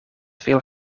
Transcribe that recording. veel